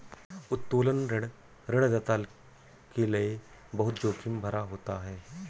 उत्तोलन ऋण ऋणदाता के लये बहुत जोखिम भरा होता है